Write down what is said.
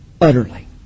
utterly